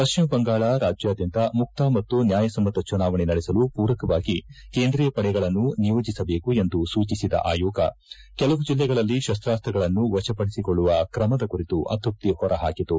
ಪಶ್ಲಿಮ ಬಂಗಾಳ ರಾಜ್ಯಾದ್ಯಂತ ಮುಕ್ತ ಮತ್ತು ನ್ನಾಯಸಮ್ಮತ ಚುನಾವಣೆ ನಡೆಸಲು ಮೂರಕವಾಗಿ ಕೇಂದ್ರೀಯ ಪಡೆಗಳನ್ನು ನಿಯೋಜಿಸಬೇಕು ಎಂದು ಸೂಚಿಸಿದ ಆಯೋಗ ಕೆಲವು ಜಿಲ್ಲೆಗಳಲ್ಲಿ ಶಸ್ತಾಸ್ತಗಳನ್ನು ವಶಪಡಿಸಿಕೊಳ್ಳುವ ಕ್ರಮದ ಕುರಿತು ಅತ್ಯಪ್ತಿ ಹೊರಹಾಕಿತು